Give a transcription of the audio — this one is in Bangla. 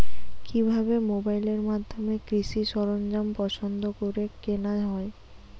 কিভাবে মোবাইলের মাধ্যমে কৃষি সরঞ্জাম পছন্দ করে কেনা হয়?